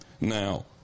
Now